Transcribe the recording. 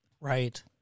Right